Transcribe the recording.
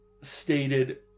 stated